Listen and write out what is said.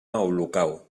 olocau